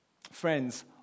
Friends